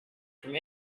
from